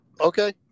Okay